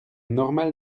normal